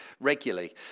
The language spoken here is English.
regularly